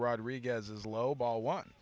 rodriguez as low ball one